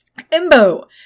Embo